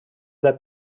that